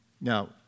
Now